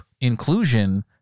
inclusion